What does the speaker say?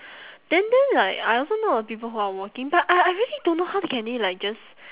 then then like I also know of people who are working but I I really don't know how they can they like just